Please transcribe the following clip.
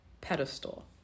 pedestal